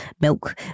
milk